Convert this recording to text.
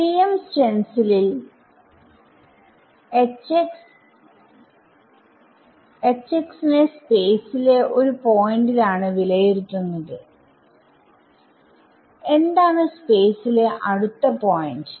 TM സ്റ്റെൻസിലിൽTM stencil നെ സ്പേസിലെ ഒരു പോയിന്റിൽ ആണ് വിലയിരുത്തുന്നത് എന്താണ് സ്പേസിലെ അടുത്ത പോയിന്റ്